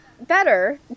better